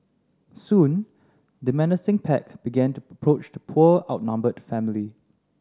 soon the menacing pack began to approach the poor outnumbered family